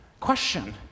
question